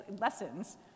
lessons